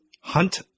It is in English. Hunt